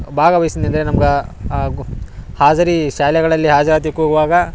ಭಾಗ್ವಹಿಸನ್ ಅಂದರೆ ನಮ್ಗ ಆಗೊ ಹಾಝರೀ ಶಾಲೆಗಳಲ್ಲಿ ಹಾಜರಾತಿ ಕೂಗುವಾಗ